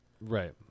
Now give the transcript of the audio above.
Right